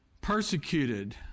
persecuted